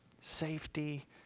Safety